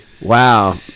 wow